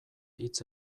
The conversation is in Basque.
hitz